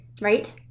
Right